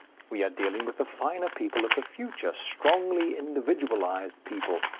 we are dealing with the finer people of the future, strongly individualized people,